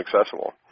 accessible